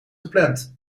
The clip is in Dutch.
gepland